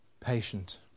Patient